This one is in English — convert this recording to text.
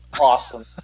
awesome